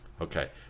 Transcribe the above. Okay